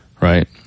right